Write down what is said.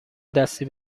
دستی